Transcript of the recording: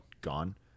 Gone